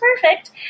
perfect